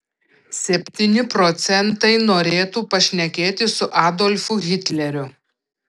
septyni procentai norėtų pašnekėti su adolfu hitleriu